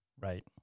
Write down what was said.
Right